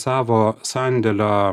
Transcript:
savo sandėlio